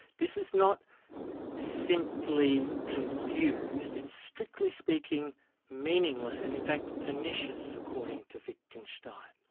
this is not simply confused, it's strictly speaking meaningless and in fact pernicious according to wittgenstein.